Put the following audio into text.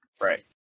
Right